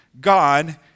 God